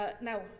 Now